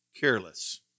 careless